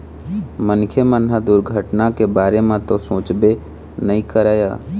मनखे मन ह दुरघटना के बारे म तो सोचबे नइ करय